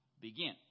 begin